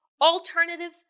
alternative